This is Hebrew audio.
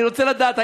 אני רוצה לדעת,